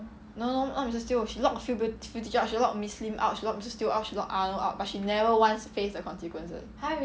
no no not missus dale she lock a few people a few teachers out she also lock miss lim out she lock missus teo out she lock arnold out but she never once faced the consequences